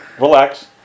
Relax